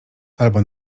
albo